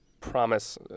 promise